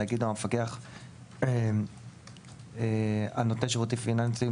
הנגיד או המפקח על נותני שירותים פיננסיים,